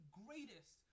greatest